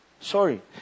sorry